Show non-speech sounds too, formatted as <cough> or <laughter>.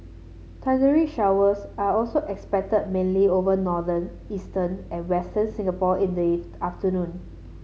thundery showers are also expected mainly over northern eastern and western Singapore in the <unintelligible> afternoon